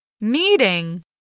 Meeting